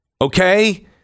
Okay